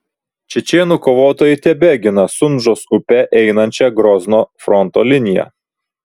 čečėnų kovotojai tebegina sunžos upe einančią grozno fronto liniją